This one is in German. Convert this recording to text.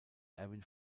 erwin